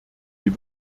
die